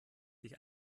sich